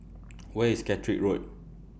Where IS Caterick Road